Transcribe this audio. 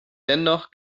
dennoch